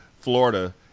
florida